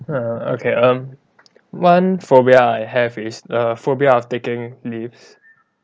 err okay um one phobia I have is a phobia of taking lifts